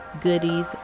goodies